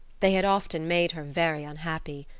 they had often made her very unhappy.